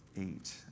eight